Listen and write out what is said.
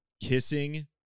Kissing